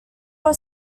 were